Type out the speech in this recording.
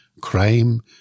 crime